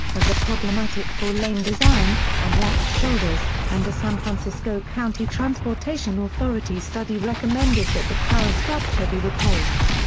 has a problematic four lane design, and lacks shoulders, and a san francisco county transportation authority study recommended that the current structure be replaced.